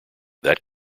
that